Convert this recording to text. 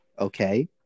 okay